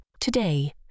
Today